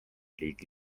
riigi